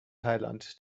thailand